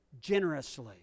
generously